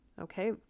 okay